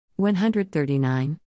139